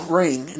ring